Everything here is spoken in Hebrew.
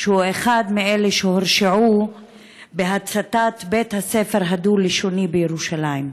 שהוא אחד מאלה שהורשעו בהצתת בית הספר הדו-לשוני בירושלים.